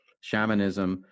shamanism